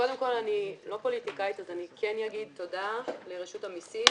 אני לא פוליטיקאית ולכן אני כן אומר תודה לרשות המסים